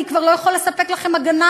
אני כבר לא יכול לספק לכם הגנה,